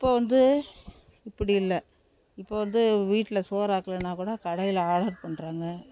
இப்போ வந்து இப்படி இல்லை இப்போ வந்து வீட்டில் சோறு ஆக்கலன்னா கூட கடையில் ஆடர் பண்ணுறாங்க